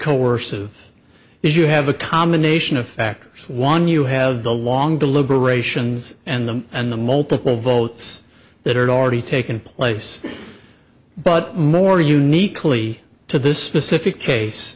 is you have a combination of factors one you have the long deliberations and them and the multiple votes that are already taken place but more uniquely to this specific case